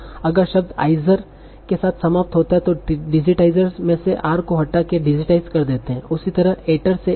और अगर शब्द 'izer' के साथ समाप्त होता है तो digitizer में से r को हटा के digitize कर देते है उसी तरह 'ator' से 'ate'